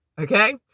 Okay